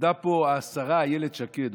עמדה פה השרה אילת שקד,